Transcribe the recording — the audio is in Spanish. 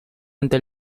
ante